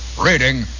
reading